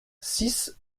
six